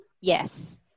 Yes